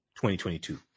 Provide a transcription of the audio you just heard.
2022